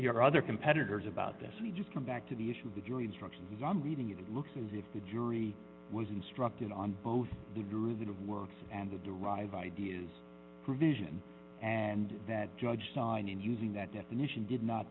your other competitors about this we just come back to the issue that your instructions i'm reading it looks as if the jury was instructed on both the rule of works and the derived ideas provision and that judge signed in using that definition did not